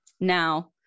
now